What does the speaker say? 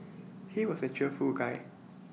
he was A cheerful guy